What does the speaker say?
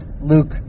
Luke